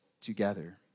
together